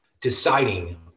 deciding